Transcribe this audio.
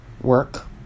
work